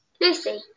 Lucy